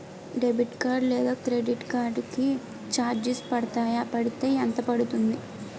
Debit card లేదా credit card కి charges పడతాయా? పడితే ఎంత పడుతుంది?